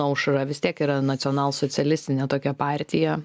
aušra vis tiek yra nacionalsocialistinė tokia partija